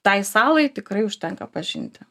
tai salai tikrai užtenka pažinti